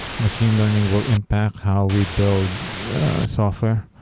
machine learning will impact how we build software.